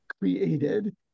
created